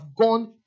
gone